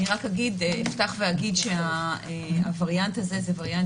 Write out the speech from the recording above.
אפתח ואגיד שהווריאנט הזה הוא וריאנט